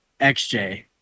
xj